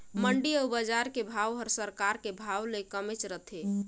मंडी अउ बजार के भाव हर सरकार के भाव ले कमेच रथे